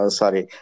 sorry